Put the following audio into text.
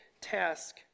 task